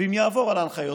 ואם יעבור על ההנחיות,